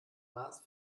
maß